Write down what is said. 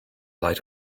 light